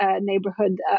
neighborhood